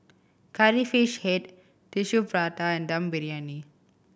Curry Fish Head Tissue Prata and Dum Briyani